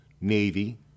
Navy